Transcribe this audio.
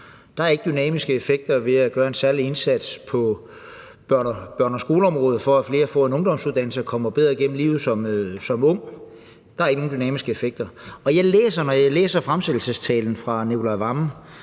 Der er ikke dynamiske effekter ved at gøre en særlig indsats på børne- og skoleområdet, for at flere får en ungdomsuddannelse og kommer bedre igennem livet som ung. Der er ingen dynamiske effekter. Når jeg læser fremsættelsestalen fra finansministeren,